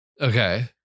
okay